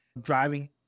driving